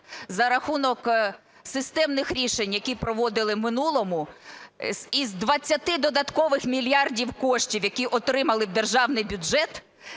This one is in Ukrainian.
За рахунок системних рішень, які проводили в минулому, із 20 додаткових мільярдів коштів, які отримали в державний бюджет,